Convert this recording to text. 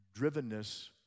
drivenness